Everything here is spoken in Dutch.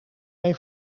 mee